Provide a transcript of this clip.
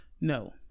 No